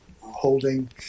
holding